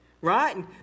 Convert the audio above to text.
right